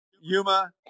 Yuma